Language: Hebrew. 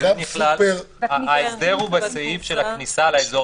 ההסדר הוא בסעיף הכניסה לאזור